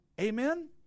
Amen